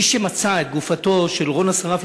מי שמצא את גופתו של אור אסרף,